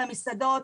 מדברים על המסעדות,